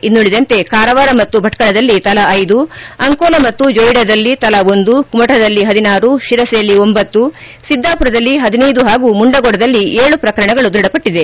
ಇನ್ನುಳಿದಂತೆ ಕಾರವಾರ ಮತ್ತು ಭಟ್ಕಳದಲ್ಲಿ ತಲಾ ಐದು ಅಂಕೋಲಾ ಮತ್ತು ಜೊಯಿಡಾದಲ್ಲ ತಲಾ ಒಂದು ಕುಮಟಾದಲ್ಲಿ ಹದಿನಾರು ಶಿರಸಿಯಲ್ಲಿ ಒಂಬತ್ತು ಸಿದ್ದಾಪುರದಲ್ಲಿ ಹದಿನೈದು ಹಾಗೂ ಮುಂಡಗೋಡದಲ್ಲಿ ಏಳು ಪ್ರಕರಣಗಳು ದೃಢಪಟ್ಟಿದೆ